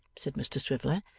said mr swiveller,